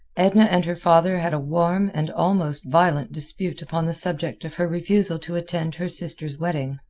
edna and her father had a warm, and almost violent dispute upon the subject of her refusal to attend her sister's wedding.